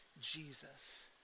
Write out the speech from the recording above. Jesus